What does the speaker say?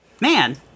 man